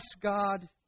God